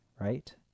right